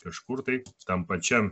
kažkur taip tam pačiam